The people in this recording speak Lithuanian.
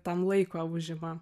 tam laiko užima